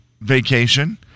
vacation